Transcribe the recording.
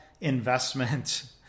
investment